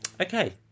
okay